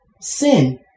Sin